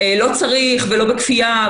לא צריך ולא בכפייה,